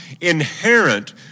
inherent